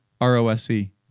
r-o-s-e